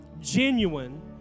genuine